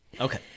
okay